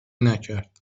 نکرد